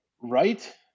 right